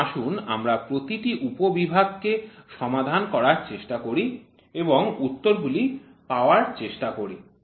তো আসুন আমরা প্রতিটি উপবিভাগ কে সমাধান করার চেষ্টা করি এবং উত্তরগুলি পাওয়ার চেষ্টা করি